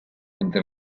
entre